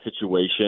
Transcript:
situation